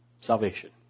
salvation